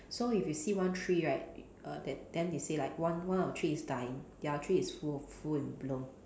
so if you see one tree right err then then they say like one one of the tree is dying the other tree is full of full and bloom